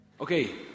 Okay